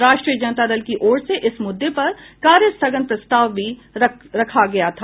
राष्ट्रीय जनता दल की ओर से इस मुद्दे पर कार्य स्थगन प्रस्ताव भी रखा गया था